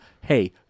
hey